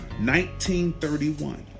1931